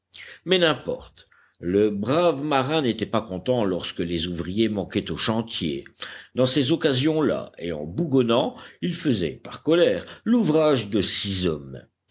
mais n'importe le brave marin n'était pas content lorsque les ouvriers manquaient au chantier dans ces occasions là et en bougonnant il faisait par colère l'ouvrage de six hommes